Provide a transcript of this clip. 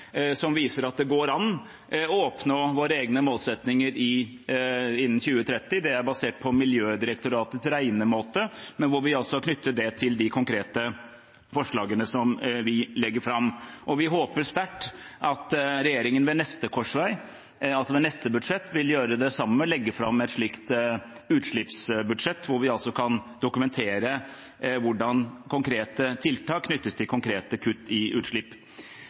som viser at det går an å nå våre egne målsettinger innen 2030. Det er basert på Miljødirektoratets regnemåte, og vi knytter det til de konkrete forslagene vi legger fram. Vi håper sterkt at regjeringen ved neste korsvei, altså ved neste budsjett, vil gjøre det samme og legge fram et utslippsbudsjett hvor vi kan dokumentere hvordan konkrete tiltak knyttes til konkrete kutt i utslipp.